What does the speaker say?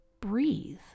breathe